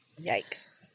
Yikes